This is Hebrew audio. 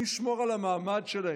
מי ישמור על המעמד שלהן?